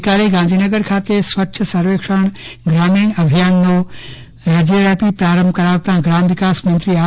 ગઈકાલે ગાંધીનગર ખાતે સ્વચ્છ સર્વેક્ષણ ગ્રામીણ અભિયાનનો રાજ્યવ્યાપી પ્રારંભ કરાવતા ગ્રામ વિકાસ મંત્રી આર